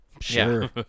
Sure